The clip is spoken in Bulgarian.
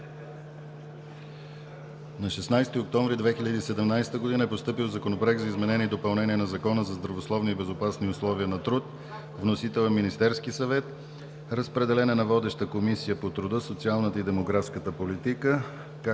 На 16 октомври 2017 г. е постъпил Законопроект за изменение и допълнение на Закона за здравословни и безопасни условия на труд. Вносител е Министерският съвет. Разпределен е на водеща комисия – Комисията по труда, социалната и демографската политика,